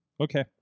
Okay